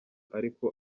ariko